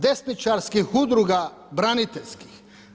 Desničarskih udruga braniteljskih?